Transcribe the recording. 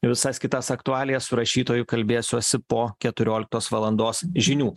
ir visas kitas aktualijas su rašytoju kalbėsiuosi po keturioliktos valandos žinių